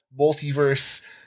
multiverse